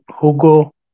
Hugo